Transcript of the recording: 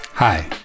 Hi